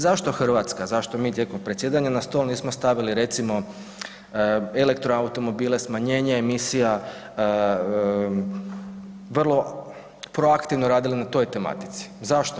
Zašto Hrvatska, zašto mi tijekom predsjedanja na stol nismo stavili recimo elektroautomobile, smanjene emisija, vrlo proaktivno radili na toj tematici, zašto?